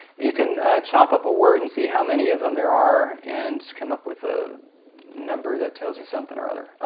you can chop up a word and see how many of them there are and come up with ah number that tells you something or other.